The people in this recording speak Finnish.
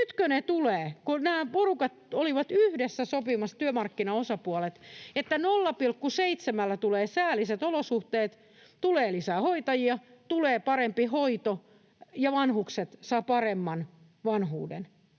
Nytkö ne tulevat, kun nämä porukat, työmarkkinaosapuolet, olivat yhdessä sopimassa, että 0,7:llä tulee säälliset olosuhteet, tulee lisää hoitajia, tulee parempi hoito ja vanhukset saavat paremman vanhuuden?